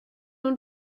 nun